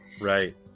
Right